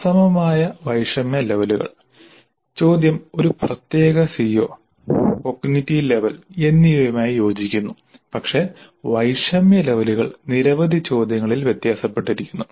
അസമമായ വൈഷമ്യ ലെവലുകൾ ചോദ്യം ഒരു പ്രത്യേക സിഒ കോഗ്നിറ്റീവ് ലെവൽ എന്നിവയുമായി യോജിക്കുന്നു പക്ഷേ വൈഷമ്യ ലെവലുകൾ നിരവധി ചോദ്യങ്ങളിൽ വ്യത്യാസപ്പെട്ടിരിക്കുന്നു